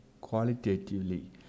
qualitatively